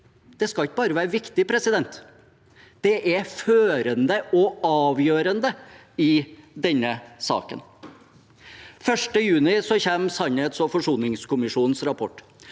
Det skal ikke bare være viktig: Det er førende og avgjørende i denne saken. 1. juni kommer sannhets- og forsoningskommisjonens rapport.